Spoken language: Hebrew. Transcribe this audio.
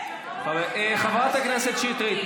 חברת הכנסת שטרית,